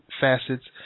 facets